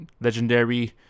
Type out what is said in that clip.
legendary